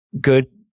good